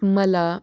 मला